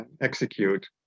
execute